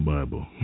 Bible